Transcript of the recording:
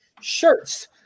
shirts